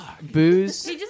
Booze